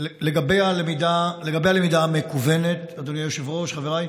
לגבי הלמידה המקוונת, אדוני היושב-ראש, חבריי,